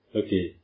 okay